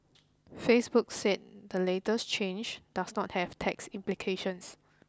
Facebook said the latest change does not have tax implications